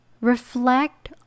reflect